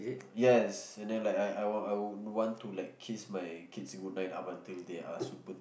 yes and then like I I I would want to like kiss my kids goodnight up until they are super